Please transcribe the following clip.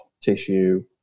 tissue